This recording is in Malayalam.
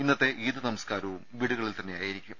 ഇന്നത്തെ ഈദ് നമസ്കാരവും വീടുകളിൽ തന്നെയായിരിക്കും